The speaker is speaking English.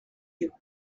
you